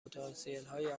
پتانسیلهای